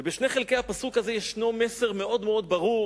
ובשני חלקי הפסוק הזה יש מסר מאוד מאוד ברור